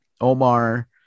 Omar